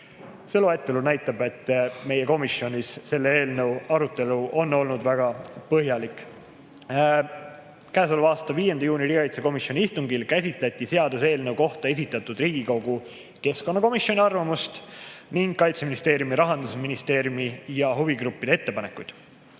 loetelu näitab, et selle eelnõu arutelu meie komisjonis on olnud väga põhjalik. Käesoleva aasta 5. juuni riigikaitsekomisjoni istungil käsitleti seaduseelnõu kohta esitatud Riigikogu keskkonnakomisjoni arvamust ning Kaitseministeeriumi, Rahandusministeeriumi ja huvigruppide ettepanekuid.